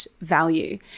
value